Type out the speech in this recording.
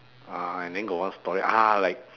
ah and then got one story ah like